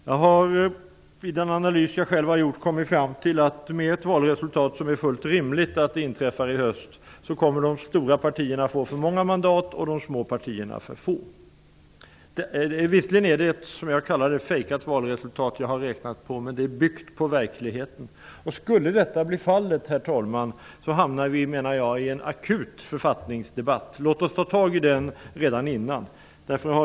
Efter en liten analys som jag själv har gjort har jag kommit fram till att med ett fullt rimligt resultat i valet i höst kommer de stora partierna att få för många mandat och de småpartierna kommer att få för få mandat. Visserligen har jag räknat på ett ''fejkat'' valresultat, men det bygger på verkligheten. Skulle så bli fallet hamnar vi i en akut författningsdebatt. Låt oss ta tag i den redan innan.